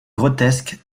grotesques